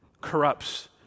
corrupts